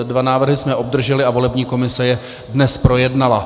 Dva návrhy jsme obdrželi a volební komise je dnes projednala.